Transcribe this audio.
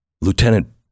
Lieutenant